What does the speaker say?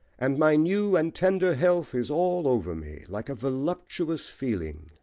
and my new and tender health is all over me like a voluptuous feeling.